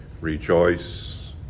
rejoice